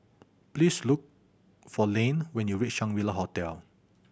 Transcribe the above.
please look for Layne when you reach Shangri La Hotel